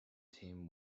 team